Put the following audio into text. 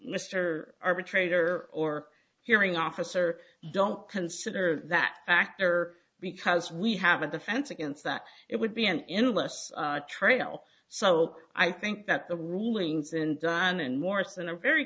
mr arbitrator or hearing officer don't consider that factor because we have a defense against that it would be an enormous trail so i think that the ruling and anand morrison a very